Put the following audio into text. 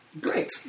Great